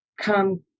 come